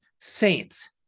saints